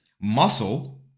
Muscle